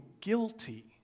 guilty